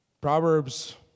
Proverbs